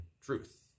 truth